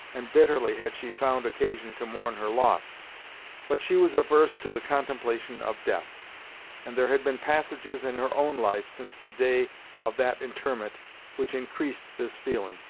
and bitterly had she found occasion to mourn her loss but she was averse to the contemplation of death and there had been passages in her own life since the day of that interment which increased this feeling,